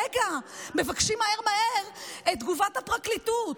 רגע, מבקשים מהר מהר את תגובת הפרקליטות.